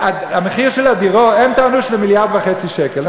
המחיר של הדירות, הם טענו שזה מיליארד וחצי שקל.